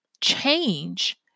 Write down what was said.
change